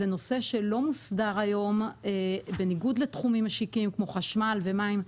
זה נושא שלא מוסדר היום בניגוד לתחומים משיקים כמו חשמל ומים,